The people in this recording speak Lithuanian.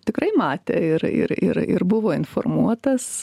tikrai matė ir ir ir ir buvo informuotas